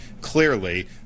Clearly